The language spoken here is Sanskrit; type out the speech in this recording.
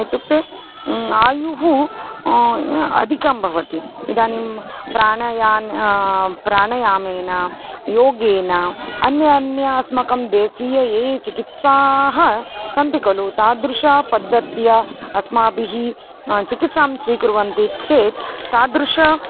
इत्युक्ते आयुः अधिकं भवति इदानीं प्राणायामेन प्राणायामेन योगेन अन्य अन्य अस्माकं देशीयाः याः याः चिकित्साः सन्ति खलु तादृश्या पद्धत्या अस्माभिः चिकित्सां स्वीकुर्वन्ति चेत् तादृशीम्